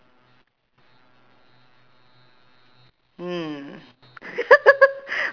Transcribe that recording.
hmm